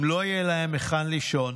אם לא יהיה להם היכן לישון,